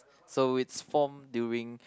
so it's formed during